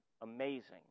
Amazing